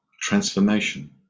transformation